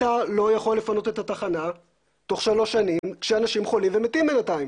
לא יכול לפנות את התחנה תוך שלוש שנים כשאנשים חולים ומתים בינתיים.